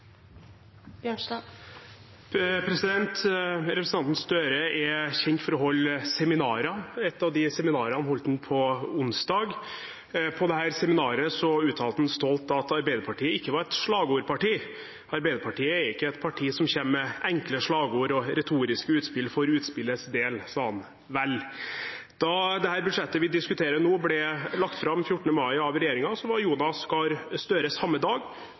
Representanten Støre er kjent for å holde seminarer, og ett av dem holdt han på onsdag. På dette seminaret uttalte han stolt at Arbeiderpartiet ikke var et slagordparti. Arbeiderpartiet er ikke et parti som kommer med enkle slagord og retoriske utspill for utspillets del, sa han. Vel – da budsjettet vi diskuterer nå, ble lagt fram 14. mai av regjeringen, var Jonas Gahr Støre samme dag,